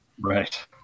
Right